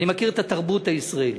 אני מכיר את התרבות הישראלית.